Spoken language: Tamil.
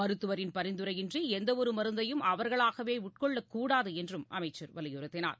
மருத்துவரின் பரிந்துரையின்றி எந்தவொரு மருந்தையும் அவர்களாகவே உட்கொள்ளக்கூடாது என்றும் அமைச்சர் வலியுறுத்தினார்